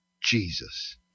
Jesus